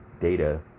data